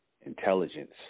intelligence